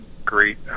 great